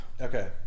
Okay